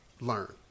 learn